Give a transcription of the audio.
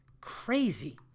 crazy